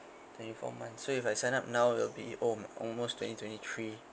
twenty four months so if I sign up now that'll be oh almost twenty twenty three